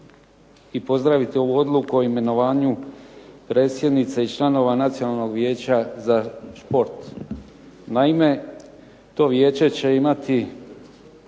i pozdraviti ovu odluku o imenovanju predsjednice i članova Nacionalnog vijeća za šport. Naime, to vijeće će imati